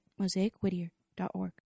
mosaicwhittier.org